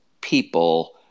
people